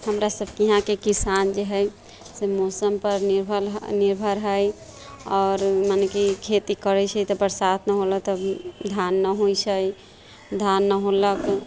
हमरा सभके यहाँके किसान जे हइ से मौसमपर निर्भर निर्भर हइ आओर मने कि खेती करै छै तऽ बरसात नहि हौलक तऽ धान नहि होइ छै धान नहि होलक